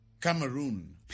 Cameroon